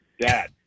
Dad